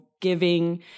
Giving